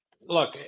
look